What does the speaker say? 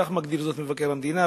כך מגדיר זאת מבקר המדינה.